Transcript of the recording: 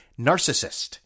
narcissist